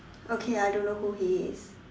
okay I don't know who he is